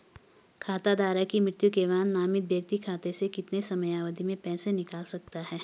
खाता धारक की मृत्यु के बाद नामित व्यक्ति खाते से कितने समयावधि में पैसे निकाल सकता है?